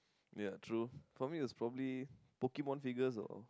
ya true for me was probably Pokemon figures or